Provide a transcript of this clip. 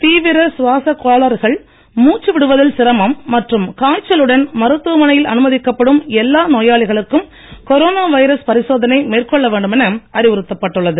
தீவிர சுவாசக் கோளாறுகள் மூச்சு விடுவதில் சிரமம் மற்றும் காய்ச்சலுடன் மருத்துவமனையில் அனுமதிக்கப்படும் எல்லா நோயாளிகளுக்கும் கொரோனா வைரஸ் பரிசோதனை மேற்கொள்ள வேண்டும் என அறிவுறுத்தப் பட்டுள்ளது